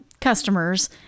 customers